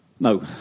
No